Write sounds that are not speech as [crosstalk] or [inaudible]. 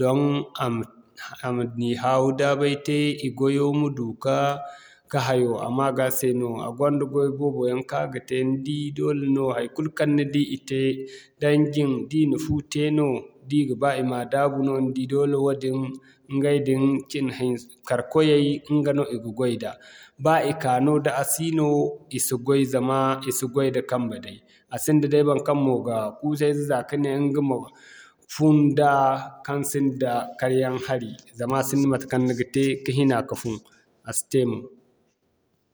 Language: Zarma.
don a ma [hesitation] a ma ni haawu-daabay te gwayo ma du ka hayo a maga se no. A gonda goy boobo yaŋ kaŋ a ga te ni di doole no haikulu kaŋ ni di i te danjin di na fu te no, i ga ba i ma daabu no ni di doole wadin ɲgay din cina kar-kwayay ɲga no i ga goy da. Ba i ka no da a sino, i si goy zama i si goy da kambe day. A sinda day baŋkaŋ mo ga kuusa ize za ka ne ɲga ma fun da kaŋ sinda karyaŋ hari zama a sinda matekaŋ ni ga te ka hina ka fun a si te mo.